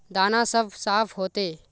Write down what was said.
दाना सब साफ होते?